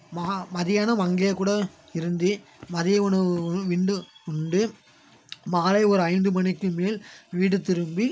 மா மதியானம் அங்கேயே கூட இருந்து மதியம் உணவும் விண்டு உண்டு மாலை ஒரு ஐந்து மணிக்கு மேல் வீடு திரும்பி